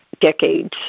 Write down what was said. decades